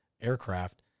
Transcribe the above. aircraft